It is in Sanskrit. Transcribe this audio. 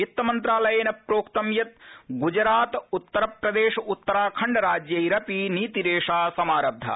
वित्तमन्त्रालयेन प्रोक्तं यत् गुजरात उत्तरप्रदेश उत्तराखण्ड राज्यैरपि नीतिरेषा समारब्धा